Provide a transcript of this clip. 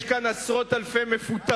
יש כאן עשרות אלפי מפוטרים,